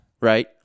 right